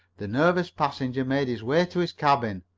the nervous passenger made his way to his cabin,